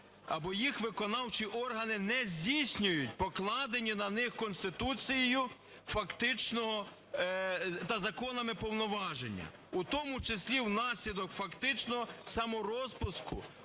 або їх виконавчі органи не здійснюють покладені на них Конституцією фактично та законами повноваження, в тому числі внаслідок фактично саморозпуску